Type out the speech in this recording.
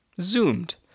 zoomed